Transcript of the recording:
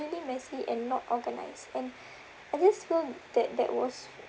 messy and not organise and I just think that that was